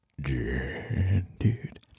dude